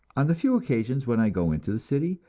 on the few occasions when i go into the city,